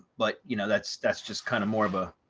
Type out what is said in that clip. but you know, that's that's just kind of more of a,